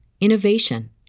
innovation